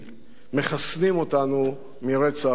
מחסנים אותנו מרצח פוליטי.